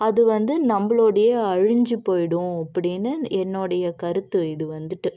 அது வந்து நம்பளோடையே அழிஞ்சு போயிடும் அப்படின்னு என்னுடைய கருத்து இது வந்துட்டு